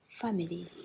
family